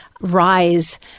rise